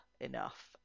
enough